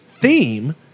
Theme